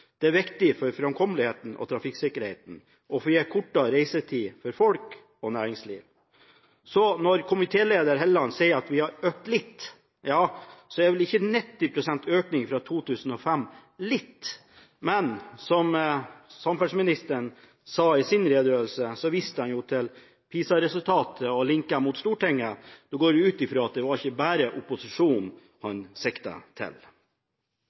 Det er viktig for framkommeligheten og trafikksikkerheten og for å gi kortere reisetid for folk og næringsliv. Så når komitéleder Hofstad Helleland sier at vi har økt litt, så er vel ikke 90 pst. økning fra 2005 «litt»? Men samferdselsministeren viste jo i sin redegjørelse til PISA-resultatet og linket mot Stortinget. Da går jeg ut fra at det ikke bare var opposisjonen han siktet til.